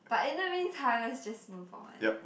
but in the meantime let's just move on